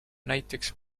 näiteks